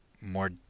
more